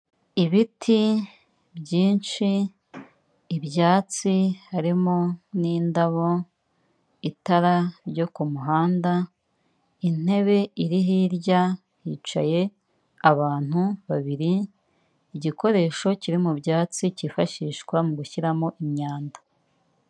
Ibiti byinshi, ibyatsi harimo n'indabo, itara ryo ku muhanda, intebe iri hirya hicaye abantu babiri, igikoresho kiri mu byatsi cyifashishwa mu gushyiramo imyanda.